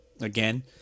again